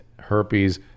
herpes